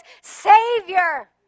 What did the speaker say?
Savior